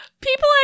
People